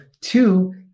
two